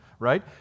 Right